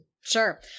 Sure